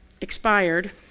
expired